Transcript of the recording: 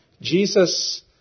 Jesus